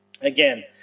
again